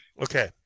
Okay